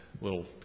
little